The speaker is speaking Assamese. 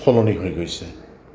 সলনি হৈ গৈছে